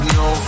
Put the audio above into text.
no